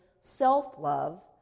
self-love